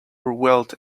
wealth